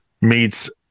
meets